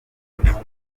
bufaransa